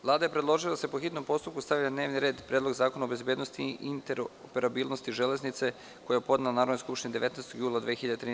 Vlada je predložila da se po hitnom postupku stavi na dnevni red Predlog zakona o bezbednosti i interoperabilnosti Železnice, koji je podnela Narodnoj skupštini 19. juna 2013. godine.